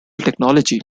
technology